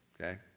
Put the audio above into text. okay